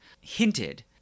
hinted